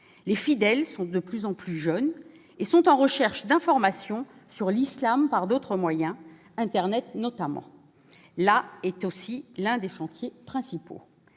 Les fidèles sont de plus en plus jeunes et sont en recherche d'informations sur l'islam par d'autres moyens, internet notamment. Là est aussi l'un des chantiers principaux.